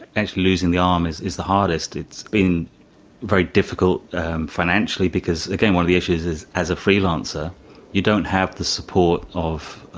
actually, losing the um arm is the hardest. it's been very difficult financially because, again, one of the issues is as a freelancer you don't have the support of